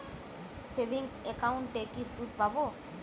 Savings একাউন্টে কি সুদ পাব?